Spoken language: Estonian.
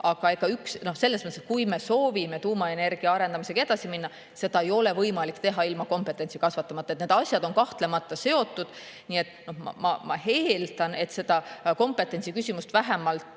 perspektiivist. Aga kui me soovime tuumaenergia arendamisega edasi minna, siis seda ei ole võimalik teha ilma kompetentsi kasvatamata. Need asjad on kahtlemata seotud. Nii et ma eeldan, et seda kompetentsi küsimust vähemalt